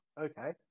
Okay